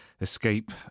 escape